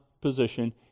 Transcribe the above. position